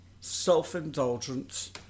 self-indulgence